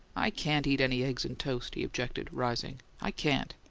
i can't eat any eggs and toast, he objected, rising. i can't.